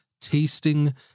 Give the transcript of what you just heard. tasting